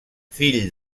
fill